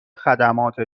خدمات